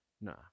Nah